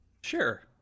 sure